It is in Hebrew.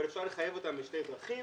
אבל אפשר לחייב אותם בשתי דרכים: